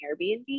Airbnb